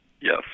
Yes